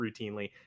routinely